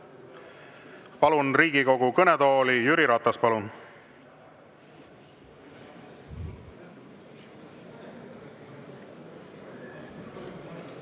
Palun Riigikogu kõnetooli Jüri Ratase. Palun!